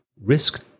risk